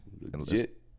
Legit